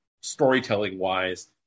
storytelling-wise